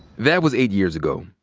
that was eight years ago,